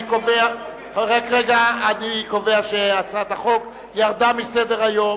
אני קובע שהצעת החוק ירדה מסדר-היום.